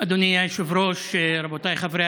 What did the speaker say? אדוני היושב-ראש, רבותיי חברי